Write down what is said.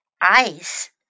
ice